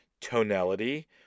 tonality